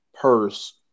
purse